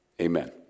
Amen